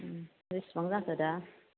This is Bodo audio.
बेसेबां जाखो दा